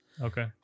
Okay